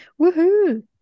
Woohoo